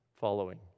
following